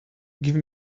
give